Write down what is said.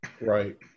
Right